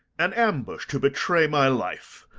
an ambush to betray my life!